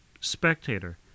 spectator